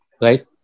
right